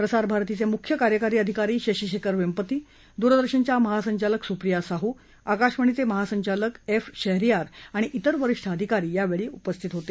प्रसारभारतीचे मुख्य कार्यकारी अधिकारी शशी शेखर वैंपत्ती दूरदर्शनच्या महासंचालक सुप्रिया शाहू आकाशवाणीचे महासंचालक फैयाज शहरयार आणि तिर वरिष्ठ अधिकारी यावेळी उपस्थित होते